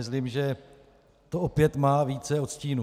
Myslím, že to opět má více odstínů.